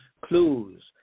clues